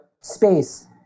space